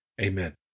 Amen